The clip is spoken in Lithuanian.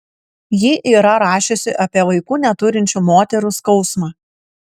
ji yra rašiusi apie vaikų neturinčių moterų skausmą